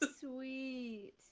Sweet